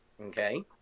Okay